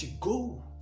go